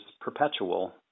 perpetual